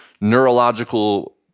neurological